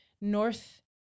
north